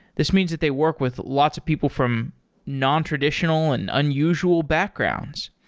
this means that they work with lots of people from nontraditional and unusual backgrounds.